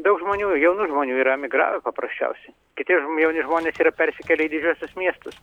daug žmonių jaunų žmonių yra emigravę paprasčiausiai kiti jauni žmonės ir persikėlę į didžiuosius miestus